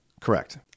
Correct